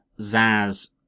Zaz